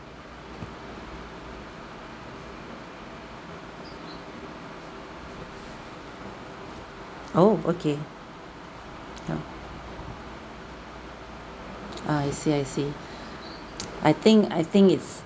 oh okay ya ah I see I see I think I think it's